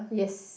yes